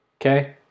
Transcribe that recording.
Okay